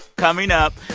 coming up,